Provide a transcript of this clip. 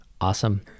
Awesome